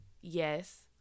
Yes